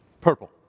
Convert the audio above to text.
Purple